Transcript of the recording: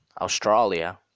Australia